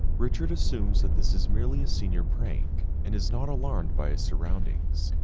richard assumes that this is merely a senior prank and is not alarmed by his surroundings,